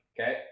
okay